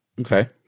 Okay